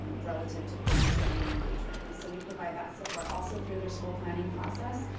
um relative to parent family engagement and so we provide that support also through their school planning process.